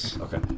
Okay